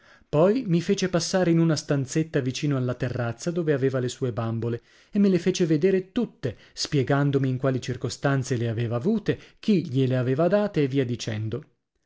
poi mi fece passare in una stanzetta vicino alla terrazza dove aveva le sue bambole e me le fece vedere tutte spiegandomi in quali circostanze le aveva avute chi gliele aveva date e via dicendo